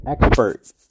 expert